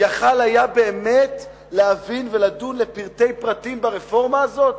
יכול היה באמת להבין ולדון לפרטי פרטים ברפורמה הזאת?